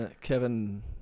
Kevin